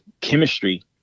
chemistry